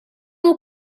will